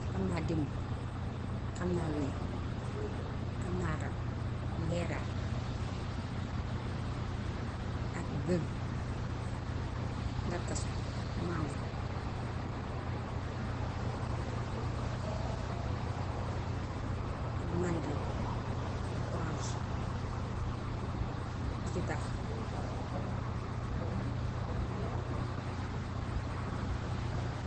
Xam naa dimb, xam naa wëy, xam naa rat, ngeeraa, ak gëŋ, darkasu, maango, ak màndarin ak oange, dittax. c.